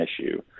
issue